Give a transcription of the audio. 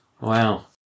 Wow